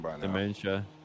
dementia